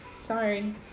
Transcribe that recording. Sorry